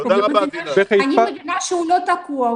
--- אני מבינה שהוא לא תקוע,